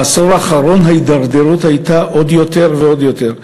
בעשור האחרון ההידרדרות הייתה עוד יותר ועוד יותר.